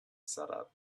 setup